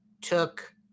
took